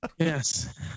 Yes